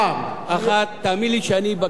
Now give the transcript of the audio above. תאמין לי שאני בקי ומצוי בהחלטות,